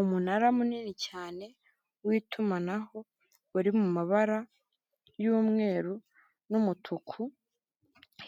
Umunara munini cyane w'itumanaho uri mu mabara y'umweru n'umutuku